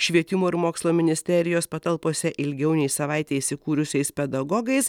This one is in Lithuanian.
švietimo ir mokslo ministerijos patalpose ilgiau nei savaitę įsikūrusiais pedagogais